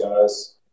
guys